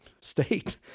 state